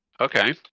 Okay